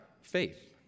faith